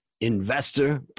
Investor